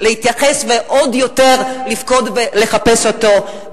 יכולים להתייחס ועוד יותר לבכות ולחפש אותו.